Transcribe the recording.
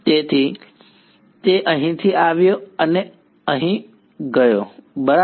તેથી તે અહીંથી આવ્યો અને અહીં બરાબર ગયો બરાબર